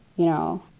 you know,